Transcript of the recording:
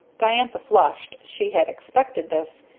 diantha flushed, she had expected this,